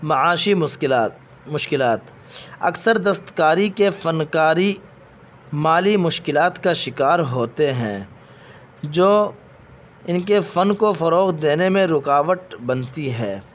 معاشی مشکلات مشکلات اکثر دستکاری کے فنکاری مالی مشکلات کا شکار ہوتے ہیں جو ان کے فن کو فروغ دینے میں رکاوٹ بنتی ہے